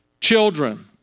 children